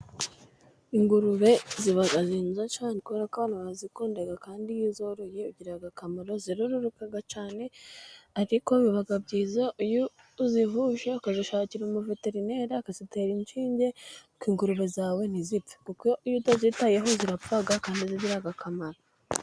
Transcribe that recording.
Ingurube ziba nziza cyane kubera ko abantu barazikunda, kandi iyo uzoroye zigira akamaro, ziroroka cyane ariko biba byiza iyo uzihuje, ukazishakira umuveterineri, akazizitera inshinge, nuko ingurube zawe ntizipfe, kuko iyo utazitayeho zirapfa kandi zigira akamaro.